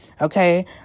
Okay